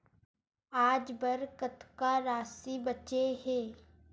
आज बर कतका राशि बचे हे?